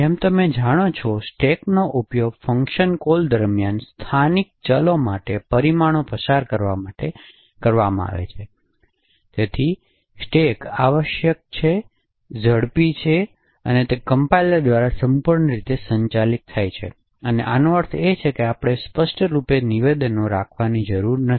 જેમ તમે જાણો છો સ્ટેકનો ઉપયોગ ફંક્શન કોલ દરમિયાન સ્થાનિક ચલો માટે પરિમાણો પસાર કરવા માટે કરવામાં આવે છે તેથી સ્ટેક્સ આવશ્યક છે ઝડપી છે તે કમ્પાઇલર દ્વારા સંપૂર્ણ રીતે સંચાલિત થાય છે અને આનો અર્થ એ છે કે આપણે સ્પષ્ટ રૂપે નિવેદનો રાખવાની જરૂર નથી